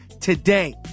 today